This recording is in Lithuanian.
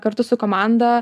kartu su komanda